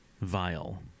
vile